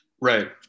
Right